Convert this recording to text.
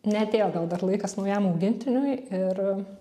neatėjo gal dar laikas naujam augintiniui ir